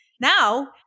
now